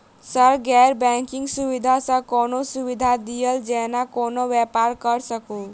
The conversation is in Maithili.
सर गैर बैंकिंग सुविधा सँ कोनों सुविधा दिए जेना कोनो व्यापार करऽ सकु?